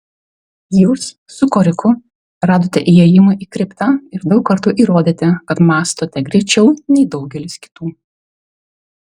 jūs su koriku radote įėjimą į kriptą ir daug kartų įrodėte kad mąstote greičiau nei daugelis kitų